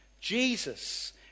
Jesus